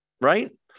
Right